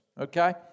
okay